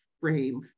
frame